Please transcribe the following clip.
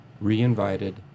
re-invited